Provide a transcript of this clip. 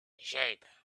shape